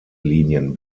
linien